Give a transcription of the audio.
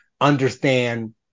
understand